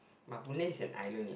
but Boon-Lay is an island leh